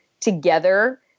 together